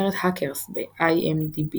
הסרט Hackers ב-IMDb